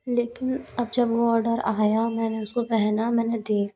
लेकिन अब जब वो ऑडर आया मैंने उसको पहना मैंने देखा